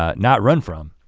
ah not run from.